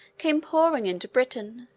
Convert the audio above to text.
came pouring into britain.